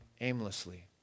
aimlessly